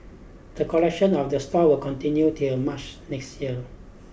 the collection of the store will continue till March next year